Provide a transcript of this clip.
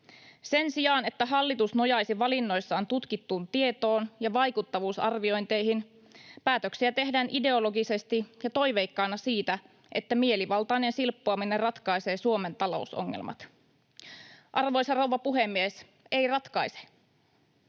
Sen sijaan, että hallitus nojaisi valinnoissaan tutkittuun tietoon ja vaikuttavuusarviointeihin, päätöksiä tehdään ideologisesti ja toiveikkaana siitä, että mielivaltainen silppuaminen ratkaisee Suomen talousongelmat. Arvoisa rouva puhemies, ei ratkaise.